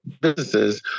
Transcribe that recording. businesses